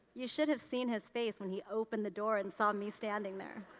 you should have seen his face when he opened the door and saw me standing there.